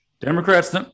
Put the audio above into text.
democrats